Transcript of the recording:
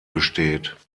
besteht